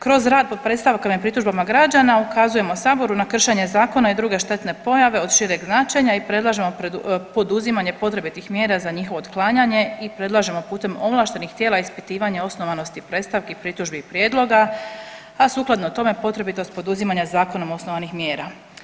Kroz rad po predstavkama i pritužbama građana ukazujemo saboru na kršenje zakona i druge štetne pojave od šireg značenja i predlažemo poduzimanje potrebitih mjera za njihovo otklanjanje i predlažemo putem ovlaštenih tijela ispitivanje osnovanosti predstavki, pritužbi i prijedloga, a sukladno tome potrebitost poduzimanja zakonom osnovanih mjera.